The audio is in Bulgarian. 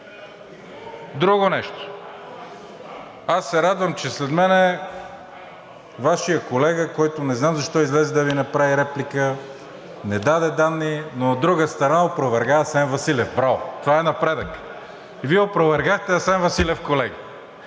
Друго нещо. Аз се радвам, че след мен Вашият колега, който не знам защо излезе да Ви направи реплика, не даде данни, но от друга страна, опроверга Асен Василев. Браво, това е напредък. И Вие опровергахте Асен Василев, колега,